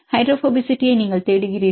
ஹைட்ரோபோபசிட்டியை நீங்கள் தேடுகிறீர்கள்